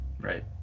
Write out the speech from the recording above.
Right